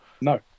No